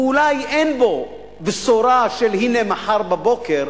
ואולי אין בו בשורה של הנה, מחר בבוקר,